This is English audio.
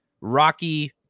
Rocky